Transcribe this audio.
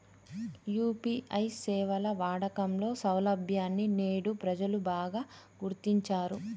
UPI సేవల వాడకంలో సౌలభ్యాన్ని నేడు ప్రజలు బాగా గుర్తించారు